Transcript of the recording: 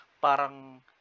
parang